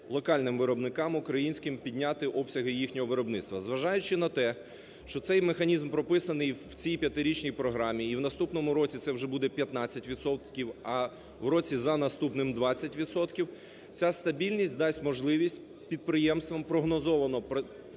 локальним виробникам українським підняти обсяги їхнього виробництва. Зважаючи на те, що цей механізм прописаний в цій п'ятирічній програмі і в наступному році це вже буде 15 відсотків, а в році за наступним 20 відсотків, ця стабільність дасть можливість підприємствам прогнозовано